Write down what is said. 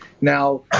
Now